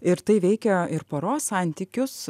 ir tai veikia ir poros santykius